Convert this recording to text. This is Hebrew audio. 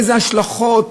איזה השלכות,